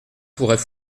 pourrait